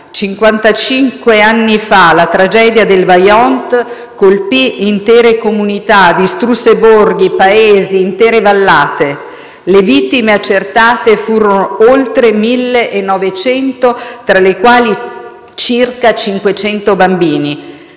anni fa la tragedia del Vajont colpì intere comunità, distrusse borghi, paesi, intere vallate. Le vittime accertate furono oltre 1.900, tra le quali circa 500 bambini;